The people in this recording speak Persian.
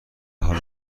حال